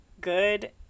Good